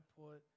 put